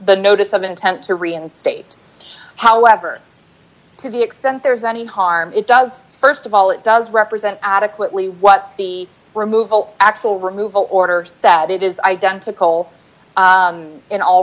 the notice of intent to reinstate it however to the extent there is any harm it does st of all it does represent adequately what the removal actual removal order said it is identical in all